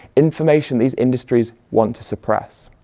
information these industries want to suppress.